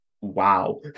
wow